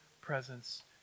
presence